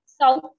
south